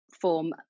form